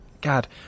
God